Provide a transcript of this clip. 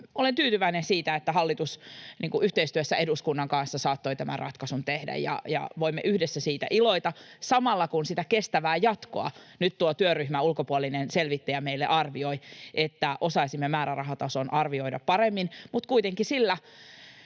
Olen tyytyväinen siitä, että hallitus yhteistyössä eduskunnan kanssa saattoi tämän ratkaisun tehdä, ja voimme yhdessä siitä iloita, samalla kun sitä kestävää jatkoa nyt tuo työryhmä, ulkopuolinen selvittäjä, meille arvioi, että osaisimme määrärahatason arvioida paremmin, mutta kuitenkin sillä